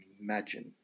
imagine